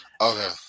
Okay